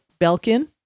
Belkin